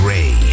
Ray